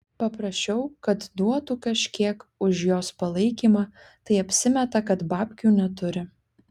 paprašiau kad duotų kažkiek už jos palaikymą tai apsimeta kad babkių neturi